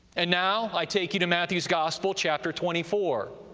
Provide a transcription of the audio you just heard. and now i take you to matthew's gospel, chapter twenty four,